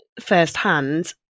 firsthand